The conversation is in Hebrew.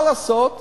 מה לעשות